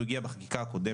הוא הגיע בחקיקה הקודמת.